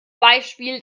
beispiel